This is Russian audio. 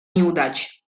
неудач